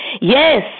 Yes